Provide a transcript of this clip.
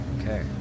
Okay